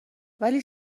ولی